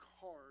hard